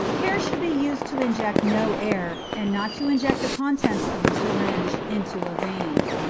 care should be used to inject no air, and not to inject the contents of the syringe, into a vein.